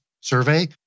Survey